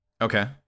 Okay